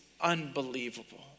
unbelievable